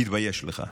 תתבייש לך.